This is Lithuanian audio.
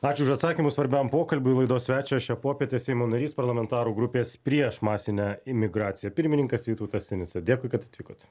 ačiū už atsakymus svarbiam pokalbiui laidos svečias šią popietę seimo narys parlamentarų grupės prieš masinę imigraciją pirmininkas vytautas sinica dėkui kad atvykot